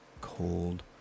Cold